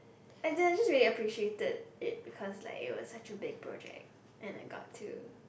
and I just really appreciated it because like it was such a big project and I got to